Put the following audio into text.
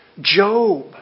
Job